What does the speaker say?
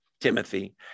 Timothy